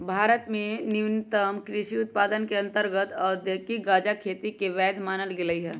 भारत में नवीनतम कृषि कानून के अंतर्गत औद्योगिक गजाके खेती के वैध मानल गेलइ ह